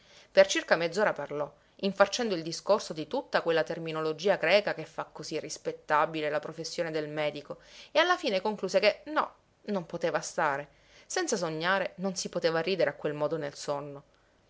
per circa mezz'ora parlò infarcendo il discorso di tutta quella terminologia greca che fa così rispettabile la professione del medico e alla fine concluse che no non poteva stare senza sognare non si poteva ridere a quel modo nel sonno